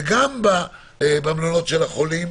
וגם במלונות של החולים,